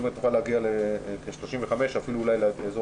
כלומר נוכל להגיע ל-35,000 ואולי אפילו